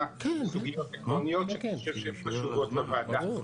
סוגיות עקרוניות שאני חושב שהן חשובות בוועדה.